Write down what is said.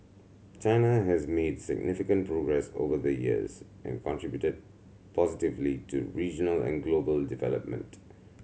China has made significant progress over the years and contributed positively to regional and global development